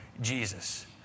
Jesus